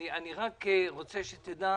אני רק רוצה שתדע: